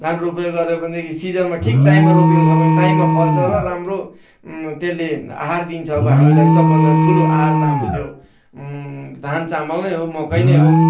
धान रोपाई गरे भनेदेखि सिजनमा ठिक टाइममा रोपेको छ भने टाइममा फल्छ र राम्रो त्यसले आहार दिन्छ अब हामीलाई सबभन्दा ठुलो आहार त हाम्रो त्यो धान चामल नै हो मकै नै हो